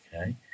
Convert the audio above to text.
Okay